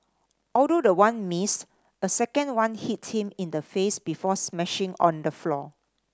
although the one missed a second one hit him in the face before smashing on the floor